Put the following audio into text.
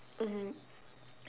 mmhmm